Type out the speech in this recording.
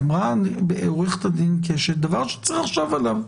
אמרה עו"ד קשת דבר שצריך לחשוב עליו,